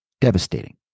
Devastating